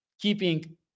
keeping